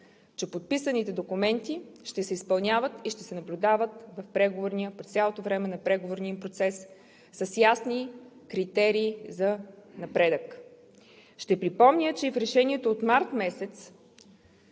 че подписаните документи ще се изпълняват и ще се наблюдават през цялото време на преговорния процес с ясни критерии за напредък. Ще припомня, че и в решението от март месец